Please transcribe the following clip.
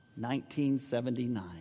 1979